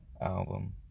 album